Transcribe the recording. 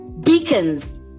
beacons